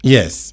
Yes